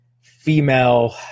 female